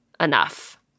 enough